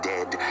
Dead